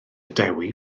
dewi